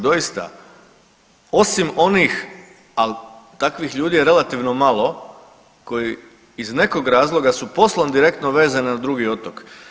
Doista, osim onih, al takvih ljudi je relativno malo koji iz nekog razloga su poslom direktno vezani na drugi otok.